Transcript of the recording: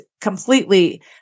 completely